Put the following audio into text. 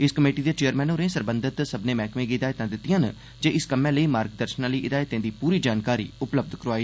इस कमेटी दे चेयरमैन होरें सक्मनें सरबंधत मैह्कमें गी हिदायतां दित्तिआं न जे इस कम्मा लेई मार्गदर्षन आह्ली हिदायतें दी पूरी जानकारी उपलब्ध करोआन